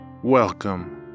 Welcome